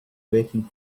waiting